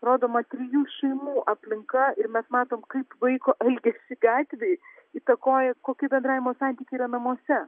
rodoma trijų šeimų aplinka ir mes matom kaip vaiko elgesį gatvėj įtakoja kokie bendravimo santykiai yra namuose